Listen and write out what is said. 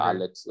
Alex